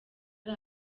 ari